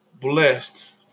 blessed